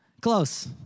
Close